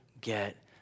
get